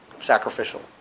Sacrificial